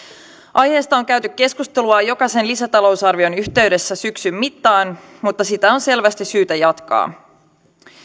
aiheesta on käyty keskustelua jokaisen lisätalousarvion yhteydessä syksyn mittaan mutta sitä on selvästi syytä jatkaa